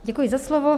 Děkuji za slovo.